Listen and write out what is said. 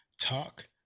talk